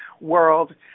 world